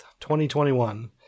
2021